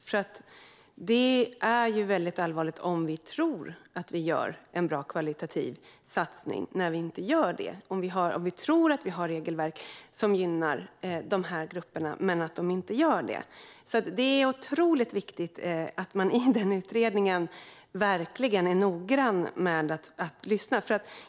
Det är nämligen väldigt allvarligt om vi tror att vi gör en kvalitativt bra satsning när vi inte gör det och om vi tror att vi har regelverk som gynnar dessa grupper men inte gör det. Det är alltså otroligt viktigt att man i utredningen verkligen är noggrann med att lyssna.